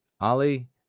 Ali